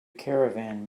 caravan